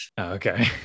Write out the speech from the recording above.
Okay